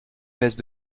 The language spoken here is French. baisse